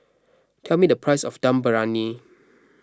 tell me the price of Dum Briyani